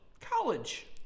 College